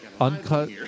Uncut